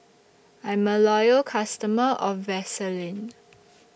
I'm A Loyal customer of Vaselin